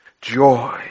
Joy